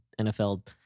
NFL